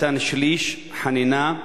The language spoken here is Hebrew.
מתן שליש חנינה,